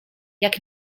jak